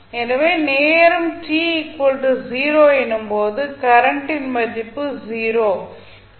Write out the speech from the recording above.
எனவே நேரம் t 0 எனும் போது கரண்ட் இன் மதிப்பு 0 என்ன